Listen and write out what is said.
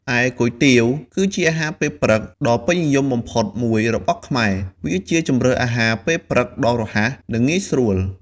ឯគុយទាវ គឺជាអាហារពេលព្រឹកដ៏ពេញនិយមបំផុតមួយរបស់ខ្មែរ វាជាជម្រើសអាហារពេលព្រឹកដ៏រហ័ស និងងាយស្រួល។